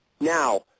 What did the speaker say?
Now